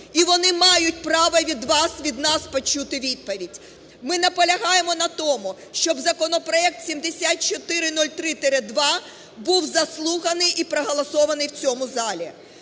і вони мають право від вас, від нас почути відповідь. Ми наполягаємо на тому, щоб законопроект 7403-2 був заслуханий і проголосований в цьому залі.